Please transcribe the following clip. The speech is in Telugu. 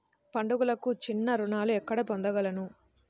పండుగలకు చిన్న రుణాలు ఎక్కడ పొందగలను?